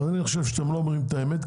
אז אני חושב שאתם לא אומרים את האמת,